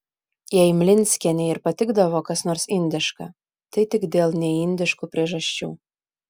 jei mlinskienei ir patikdavo kas nors indiška tai tik dėl neindiškų priežasčių